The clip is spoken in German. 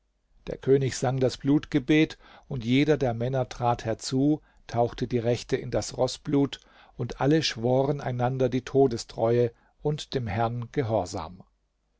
der könig sang das blutgebet und jeder der männer trat herzu tauchte die rechte in das roßblut und alle schworen einander die todestreue und dem herrn gehorsam